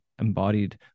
embodied